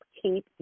keep